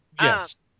yes